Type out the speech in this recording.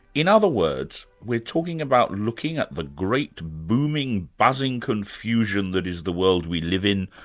in other words, we're talking about looking at the great booming buzzing confusion that is the world we live in,